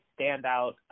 standout